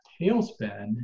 tailspin